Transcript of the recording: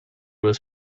was